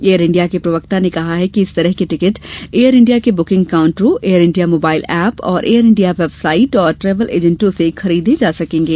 air India के प्रवक्ता ने कहा कि इस तरह के टिकट एयर इंडिया के बुकिंग काउंटरों Air India mobile app Air India website और ट्रेवल एजेंटों से खरीदे जा सकेंगे